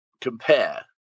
compare